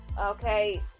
okay